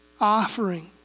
offering